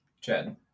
Chad